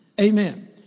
Amen